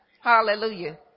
Hallelujah